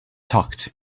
tucked